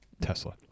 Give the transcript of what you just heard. Tesla